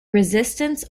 resistance